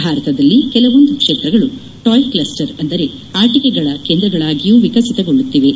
ಭಾರತದಲ್ಲಿ ಕೆಲವೊಂದು ಕ್ಷೇತ್ರಗಳು ಟಾಯ್ ಕ್ಲಸ್ಟರ್ ಅಂದರೆ ಅಟಿಕೆಗಳ ಕೇಂದ್ರಗಳಾಗಿಯೂ ವಿಕಸಿತಗೊಳ್ಳುತ್ತಿವೆ